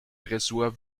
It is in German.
ressort